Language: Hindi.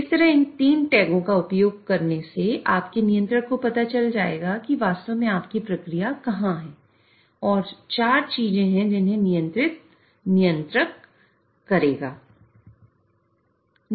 इस तरह इन 3 टैगों का उपयोग करने से आपके नियंत्रक को पता चल जाएगा कि वास्तव में आपकी प्रक्रिया कहां है और 4 चीजें हैं जिन्हें नियंत्रक नियंत्रित करेगा